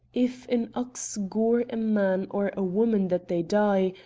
if an ox gore a man or a woman that they die,